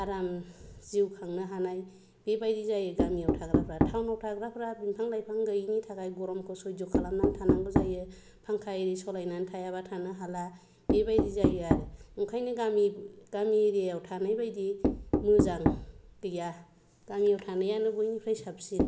आराम जिउ खांनो हानाय बेबायदि जायो गामियाव थाग्राफोरा टाउनाव थाग्राफोरा बिफां लाइफां गैयिनि थाखाय गरमखौ सैज' खालामनानै थानांगौ जायो फांखा आरि सलायनानै थायाब्ला थानो हाला बेबायदि जायो आरो ओंखायनो गामि गामि एरियायाव थानायबायदि मोजां गैया गामियाव थानायानो बयनिख्रुइबो साबसिन